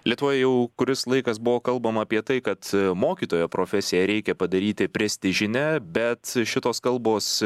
lietuvoje jau kuris laikas buvo kalbama apie tai kad mokytojo profesiją reikia padaryti prestižine bet šitos kalbos